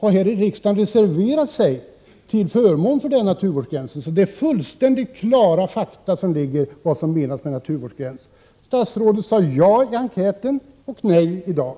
Avser regeringen att vidta några åtgärder för att uppnå det enprocentsmål regeringspartiet uttalat sig för i Svenska naturskyddsföreningens enkät?